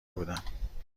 بودم